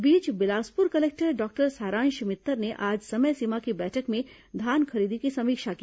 इस बीच Bilaspur collector doctor Saransh Mittar ने आज समय सीमा की बैठक में धान खरीदी की समीक्षा की